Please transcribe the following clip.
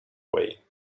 way